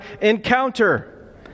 encounter